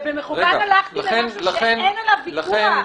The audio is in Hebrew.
בכוונה הלכתי למשהו שאין עליו ויכוח.